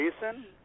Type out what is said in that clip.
Jason